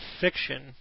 fiction